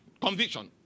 Conviction